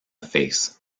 face